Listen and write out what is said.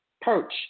perch